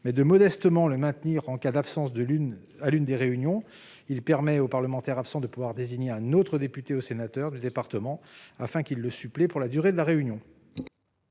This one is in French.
mais de modestement le maintenir en cas d'absence à l'une des réunions. Il vise à permettre au parlementaire absent de désigner un autre député ou sénateur du département afin qu'il le supplée pour la durée de la réunion.